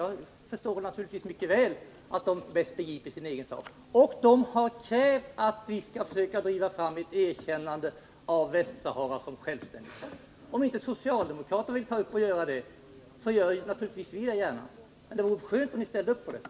Jag förstår naturligtvis mycket väl att de bäst begriper sin egen sak. Men de har krävt att vi skall försöka driva fram ett erkännande av Västra Sahara som självständig stat. Om socialdemokraterna inte vill ta upp och driva den frågan, så gör vi gärna det. Men det vore skönt om ni ville ställa upp på detta.